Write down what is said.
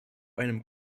einem